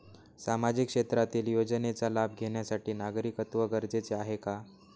सामाजिक क्षेत्रातील योजनेचा लाभ घेण्यासाठी नागरिकत्व गरजेचे आहे का?